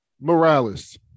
Morales